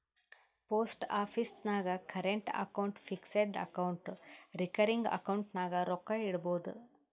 post office ನಾಗ್ current account, fixed account, recurring account ನಾಗ್ ರೊಕ್ಕಾ ಇಡ್ಬೋದ್